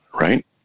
right